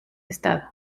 estado